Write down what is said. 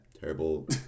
terrible